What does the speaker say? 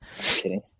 Kidding